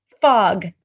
fog